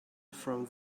from